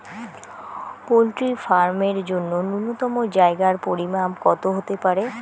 Poultry farm এর জন্য নূন্যতম জায়গার পরিমাপ কত হতে পারে?